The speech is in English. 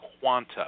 quanta